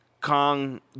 Kong